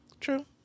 True